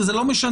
זה לא משנה,